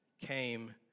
came